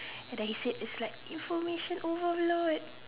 and then he said is like information overload